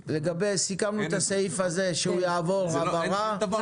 שתי ההסתייגויות של חבר הכנסת מקלב לא אושרו.